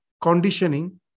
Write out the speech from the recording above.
conditioning